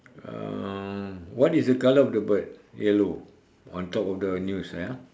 um what is the colour of the bird yellow on top of the news ya